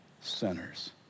sinners